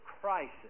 crisis